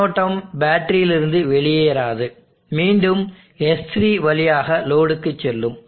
மின்னோட்டம் பேட்டரியிலிருந்து வெளியேறாது மீண்டும் S3 வழியாக லோடுக்கு செல்லும்